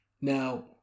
Now